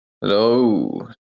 Hello